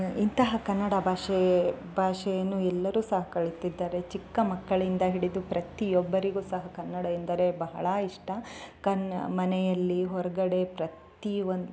ಇಂತಹ ಕನ್ನಡ ಭಾಷೆ ಭಾಷೆಯನ್ನು ಎಲ್ಲರು ಸಹ ಕಲಿತಿದ್ದಾರೆ ಚಿಕ್ಕ ಮಕ್ಕಳಿಂದ ಹಿಡಿದು ಪ್ರತಿಯೊಬ್ಬರಿಗು ಸಹ ಕನ್ನಡ ಎಂದರೆ ಬಹಳ ಇಷ್ಟ ಕ ಮನೆಯಲ್ಲಿ ಹೊರಗಡೆ ಪ್ರತಿಯೊಂದ್